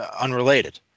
unrelated